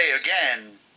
again